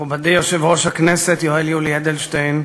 מכובדי יושב-ראש הכנסת יולי אדלשטיין,